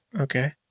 Okay